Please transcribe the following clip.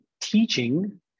teaching